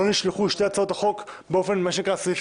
לא נשלחו שתי הצעות החוק סעיף1,